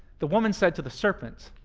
the woman said to the serpent.